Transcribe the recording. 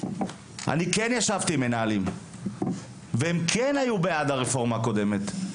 אני כן ישבתי עם מנהלים והם כן היו בעד הרפורמה הקודמת.